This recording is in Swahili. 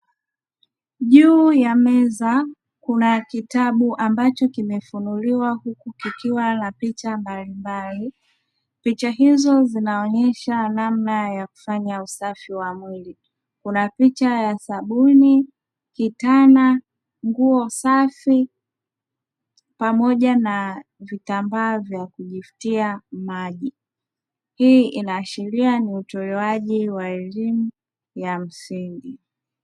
Juu ya meza kuna kitabu ambacho kimefunuliwa huku kikiwa na picha mbalimbali, picha hizo zinaonyesha namna ya kufanya usafi wa mwili. Kuna picha ya sabuni, kitana, nguo safi pamoja na vitambaa vya kujifutia maji. Hii inaashiria ni utolewaji wa elimu ya msingi.